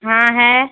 ہاں ہے